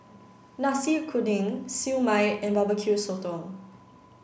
Nasi Kuning Siew Mai and Barbecue Sotong